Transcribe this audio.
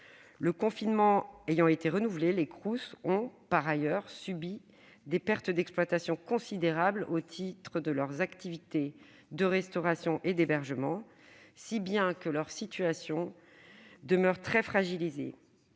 Le confinement ayant été renouvelé, les Crous ont par ailleurs subi des pertes d'exploitation considérable au titre de leurs activités de restauration et d'hébergement, si bien que leur situation demeure très fragilisée.